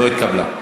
לא התקבלה.